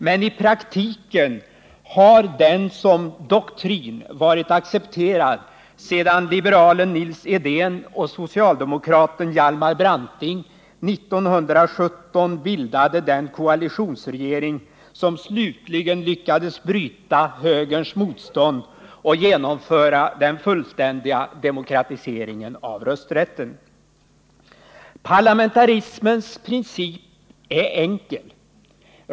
Men i praktiken har den som doktrin varit accepterad sedan liberalen Nils Edén och socialdemokraten Hjalmar Branting 1917 bildade den koalitionsregering som slutligen lyckades bryta högerns motstånd och genomföra den fullständiga demokratiseringen av rösträtten. Parlamentarismens princip är enkel.